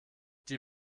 die